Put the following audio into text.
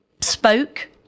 spoke